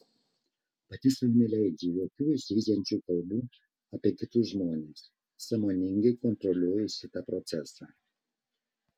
pati sau neleidžiu jokių žeidžiančių kalbų apie kitus žmones sąmoningai kontroliuoju šitą procesą